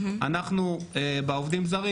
אצלנו בעובדים הזרים,